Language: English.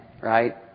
right